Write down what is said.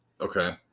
Okay